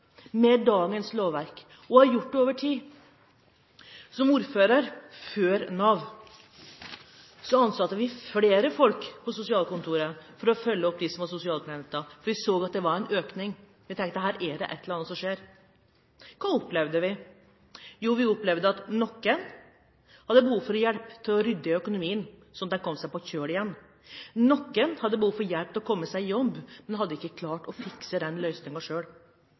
med dagens lovverk og har gjort det over tid. Da jeg var ordfører, før Nav, ansatte vi flere folk på sosialkontoret for å følge opp dem som var sosialklienter. Vi så at det var en økning, vi tenkte at her er det et eller annet som skjer. Hva opplevde vi? Jo, vi opplevde at noen hadde behov for hjelp til å rydde i økonomien så de kom seg på rett kjøl igjen. Noen hadde behov for hjelp til å komme seg i jobb, men hadde ikke klart å fikse den